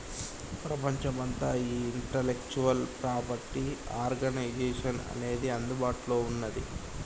ప్రపంచమంతా ఈ intellectual property organisation అనేది అందుబాటులో ఉన్నది